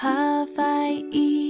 Hawaii